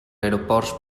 aeroports